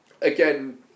Again